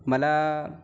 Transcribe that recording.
मला